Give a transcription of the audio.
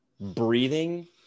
breathing